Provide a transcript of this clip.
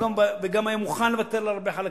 וגם היה מוכן לוותר על הרבה חלקים.